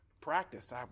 practice